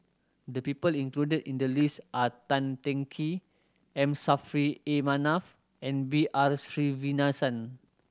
the people included in the list are Tan Teng Kee M Saffri A Manaf and B R Sreenivasan